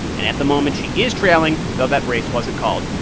and at the moment she is trailing, though that race wasn't called.